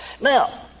Now